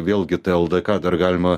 vėlgi tai ldk dar galima